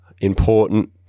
important